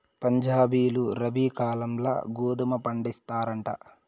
పంజాబీలు రబీ కాలంల గోధుమ పండిస్తారంట